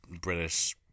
British